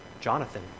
Jonathan